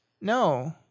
No